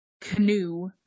canoe